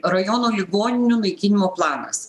rajono ligoninių naikinimo planas